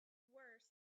worse